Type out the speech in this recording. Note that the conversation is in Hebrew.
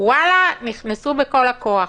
וואלה, נכנסו בכל הכוח.